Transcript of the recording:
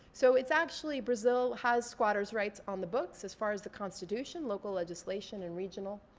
so it's actually brazil has squatter's rights on the books as far as the constitution, local legislation, and regional.